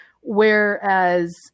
whereas